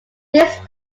these